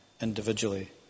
individually